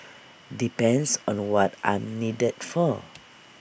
depends on what I'm needed for